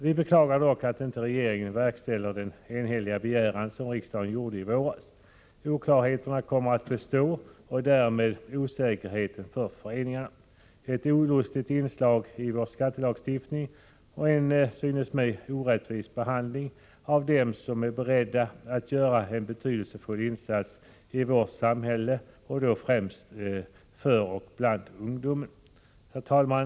Vi beklagar dock att regeringen inte verkställer riksdagens enhälliga begäran från i våras. Oklarheterna kommer att bestå — och därmed osäkerheten för föreningarna. Det är ett olustigt inslag i vår skattelagstiftning och en som det synes mig orättvis behandling av dem som är beredda att göra betydelsefulla insatser i vårt samhälle, främst för och bland ungdomen. Herr talman!